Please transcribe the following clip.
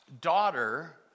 daughter